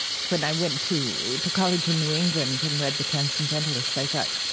when i went to to college in new england and read the transcendentalists, i thought,